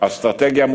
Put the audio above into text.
"אנו